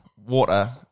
water